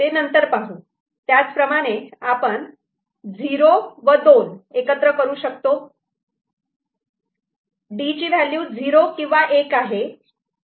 D ची value '0' किंवा '1' आहे